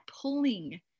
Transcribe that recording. pulling